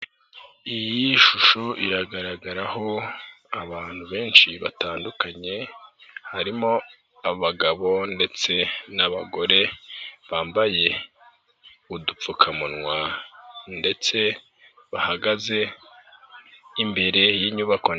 Iyi shusho iragaragaraho abantu benshi batandukanye harimo abagabo ndetse n'abagore bambaye udupfukamunwa ndetse bahagaze imbere y'inyubako nini.